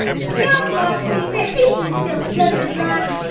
stop, lopsy! behave yourself, blunder-blot!